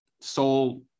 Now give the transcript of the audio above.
soul